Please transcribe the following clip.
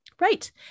right